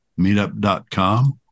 meetup.com